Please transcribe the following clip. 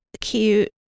Cute